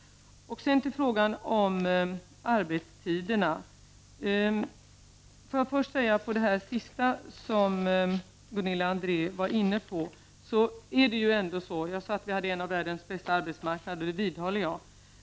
Sedan till frågan om arbetstiderna. Där vill jag först kommentera det sista som Gunilla André var inne på. Jag sade att vi har en av världens bästa arbetsmarknader, och det vidhåller jag.